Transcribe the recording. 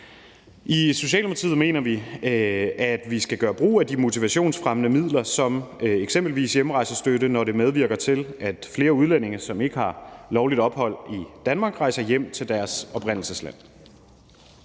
I Socialdemokratiet mener vi, at vi skal gøre brug af de motivationsfremmende midler som eksempelvis hjemrejsestøtte, når det medvirker til, at flere udlændinge, som ikke har lovligt ophold i Danmark, rejser hjem til deres oprindelsesland.